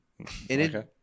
Okay